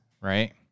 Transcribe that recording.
right